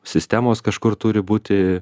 sistemos kažkur turi būti